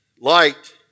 Light